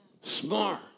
Smart